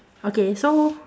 okay so